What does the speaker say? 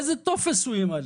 איזה טופס הוא ימלא?